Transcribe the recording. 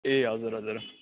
ए हजुर हजुर